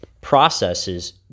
processes